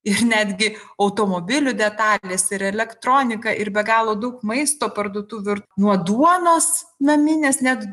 ir netgi automobilių detalės ir elektronika ir be galo daug maisto parduotuvių ir nuo duonos naminės net